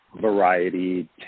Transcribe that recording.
variety